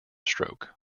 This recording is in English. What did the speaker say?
stroke